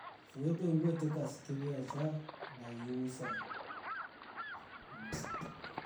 Wembe wete kasi wevea shaa na iyusa.